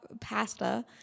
Pasta